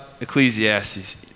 Ecclesiastes